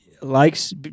likes